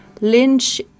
Lynch